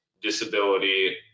disability